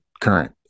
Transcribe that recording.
current